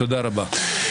תודה רבה.